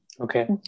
okay